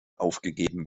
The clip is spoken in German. aufgegeben